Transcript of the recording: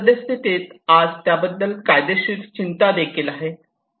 सद्यस्थितीत आज त्याबद्दल कायदेशीर चिंता देखील आहे